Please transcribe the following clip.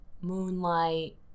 moonlight